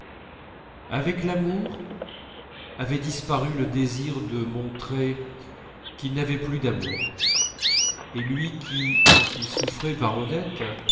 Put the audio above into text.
avec l'amour avait disparu le désir de montrer qu'il n'avait plus d'amour et lui qui quand il souffrait par odette